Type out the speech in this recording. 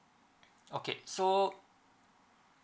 okay so